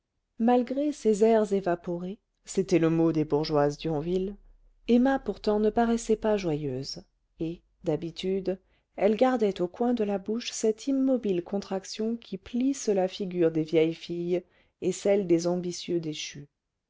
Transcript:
emma pourtant ne paraissait pas joyeuse et d'habitude elle gardait aux coins de la bouche cette immobile contraction qui plisse la figure des vieilles filles et celle des ambitieux déchus